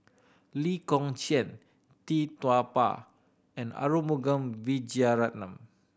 Lee Kong Chian Tee Tua Ba and Arumugam Vijiaratnam